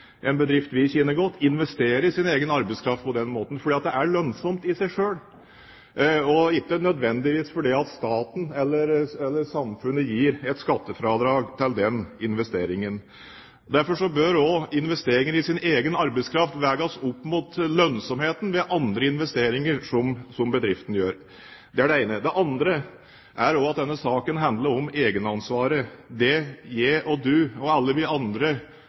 en bedrift vi kjenner godt, investerer i sin egen arbeidskraft på den måten fordi det er lønnsomt i seg selv, ikke nødvendigvis fordi staten eller samfunnet gir skattefradrag for den investeringen. Derfor bør investering i egen arbeidskraft veies opp mot lønnsomheten ved andre investeringer som bedriften gjør. Det er det ene. Det andre er at denne saken handler om egenansvar. Det jeg og du og alle andre kan gjøre for å passe på vår egen helse, er å sørge for at vi